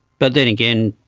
but then again,